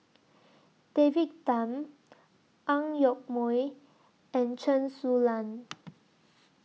David Tham Ang Yoke Mooi and Chen Su Lan